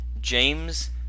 James